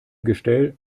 gestell